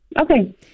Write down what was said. Okay